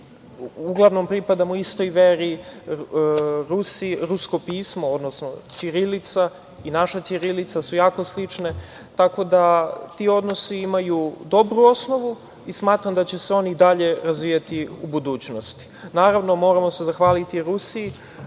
uglavnom pripadamo istoj veri. Rusko pismo, ćirilica, i naša ćirilica su jako slični, tako da ti odnosi imaju dobru osnovu i smatram da će se oni i dalje razvijati u budućnosti. Naravno, moramo se zahvaliti Rusiji,